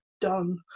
done